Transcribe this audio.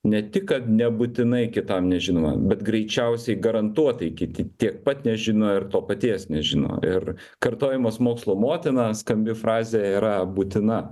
ne tik kad nebūtinai kitam nežinoma bet greičiausiai garantuotai kiti tiek pat nežino ir to paties nežino ir kartojimas mokslų motina skambi frazė yra būtina